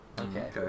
Okay